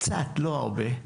קצת, לא הרבה.